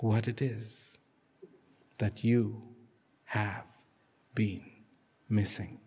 what it is that you have been missing